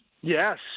Yes